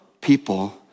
people